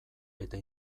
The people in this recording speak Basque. eta